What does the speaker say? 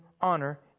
honor